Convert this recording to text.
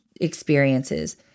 experiences